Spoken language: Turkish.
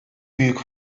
büyük